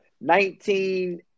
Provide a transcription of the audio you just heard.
nineteen